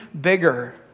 bigger